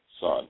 son